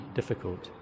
difficult